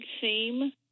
theme